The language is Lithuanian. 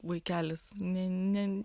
vaikelis ne ne